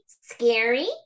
Scary